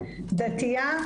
דתייה,